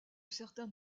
certains